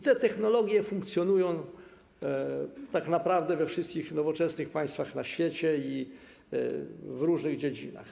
Te technologie funkcjonują tak naprawdę we wszystkich nowoczesnych państwach na świecie i w różnych dziedzinach.